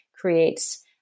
creates